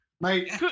mate